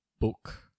book